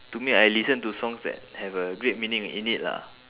to me I listen to songs that have a great meaning in it lah